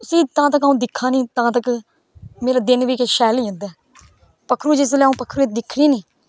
उसी तां तक अ'ऊं दिक्खां नी तां तक्क मेरा दिन बी किश शैल नी जंदा ऐ पक्खरू जिसलै अ'ऊं पक्खरुए गी दिक्खनीं नी